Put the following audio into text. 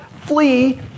Flee